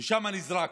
שם נזרקנו.